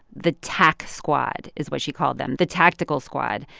the tact squad, is what she called them the tactical squad.